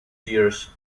years